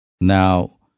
Now